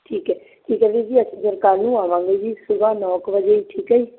ਠੀਕ ਹੈ ਠੀਕ ਹੈ ਜੀ ਵੀਰ ਜੀ ਅਸੀਂ ਫਿਰ ਕੱਲ੍ਹ ਨੂੰ ਆਵਾਂਗੇ ਜੀ ਸੁਬਹ ਨੌਂ ਕੁ ਵਜੇ ਠੀਕ ਹੈ ਜੀ